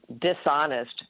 Dishonest